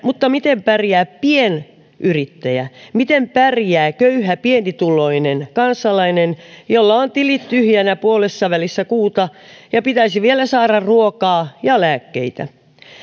mutta miten pärjää pienyrittäjä miten pärjää köyhä pienituloinen kansalainen jolla on tilit tyhjänä puolessavälissä kuuta ja pitäisi vielä saada ruokaa ja lääkkeitä